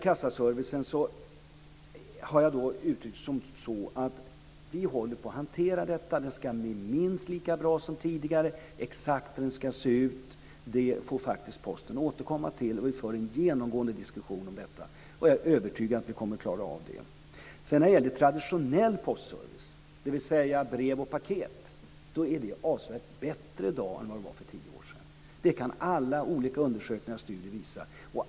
Jag har uttryckt att vi hanterar frågan om kassaservicen. Den ska bli minst lika bra som tidigare. Exakt hur den ska se ut är något som Posten får återkomma till. Vi för en genomgående diskussion om detta och jag är övertygad om att vi kommer att klara av det. När det gäller traditionell postservice, dvs. brev och paket, är det i dag avsevärt bättre än det var för tio år sedan. Det kan alla olika undersökningar och studier visa.